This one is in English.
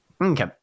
Okay